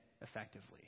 effectively